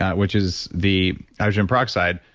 which is the hydrogen peroxide.